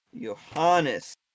Johannes